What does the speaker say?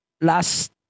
last